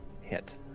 hit